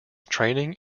training